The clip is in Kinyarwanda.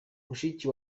mushiki